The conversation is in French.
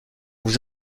vous